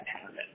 happen